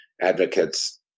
advocates